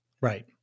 Right